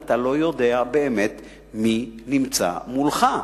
אתה לא יודע באמת מי נמצא מולך,